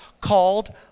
called